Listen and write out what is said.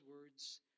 words